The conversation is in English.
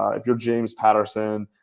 ah if you're james patterson,